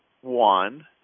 one